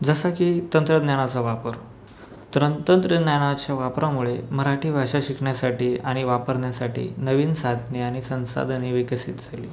जसं की तंत्रज्ञानाचा वापर त्रं तंत्रज्ञानाच्या वापरामुळे मराठी भाषा शिकण्यासाठी आणि वापरण्यासाठी नवीन साधने आणि संसाधने विकसित झाली